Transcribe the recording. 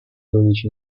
dodici